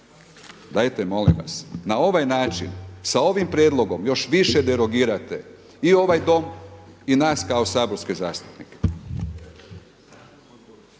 dajte molim vas. Na ovaj način sa ovim prijedlogom, još više derogirate i ovaj dom i nas kao saborske zastupnike.